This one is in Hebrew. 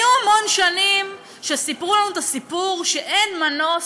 היו המון שנים שסיפרו לנו את הסיפור שאין מנוס,